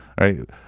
Right